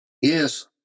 Yes